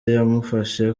yamufashe